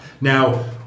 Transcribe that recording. Now